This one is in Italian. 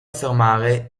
affermare